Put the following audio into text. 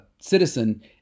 Citizen